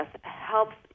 helps